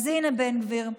אז הינה, בן גביר,